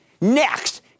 next